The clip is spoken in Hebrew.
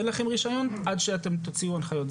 אין לכם רישיון עד שאתם תוציאו הנחיות.